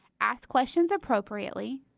ask questions appropriately.